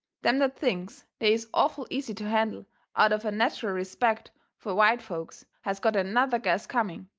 them that thinks they is awful easy to handle out of a natcheral respect fur white folks has got another guess coming.